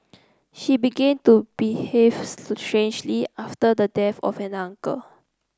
she began to behave strangely after the death of an uncle